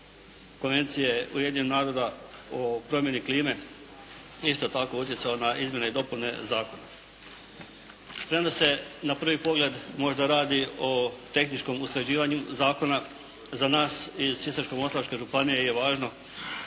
Konvencije Ujedinjenih naroda o promjeni klime isto tako utjecao na izmjene i dopune zakona. Premda se na prvi pogled radi o tehničkom usklađivanju zakona za nas iz Sisačko-moslavačke županije je važno